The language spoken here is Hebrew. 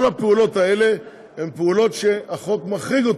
כל הפעולות האלה הן פעולות שהחוק מחריג,